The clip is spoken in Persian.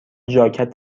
ژاکت